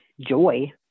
joy